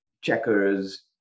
checkers